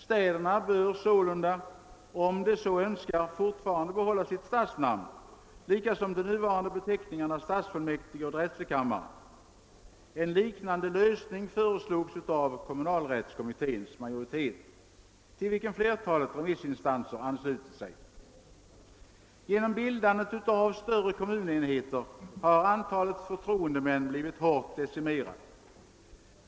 Städerna bör sålunda, om de så önskar, fortfarande behålla sitt stadsnamn, likaså de nuvarande beteckningarna stadsfullmäktige och drätselkammare. En liknande lösning föreslogs av kommunalrättskommitténs majoritet, till vilken flertalet remissinstanser anslutit sig. vit hårt decimerat.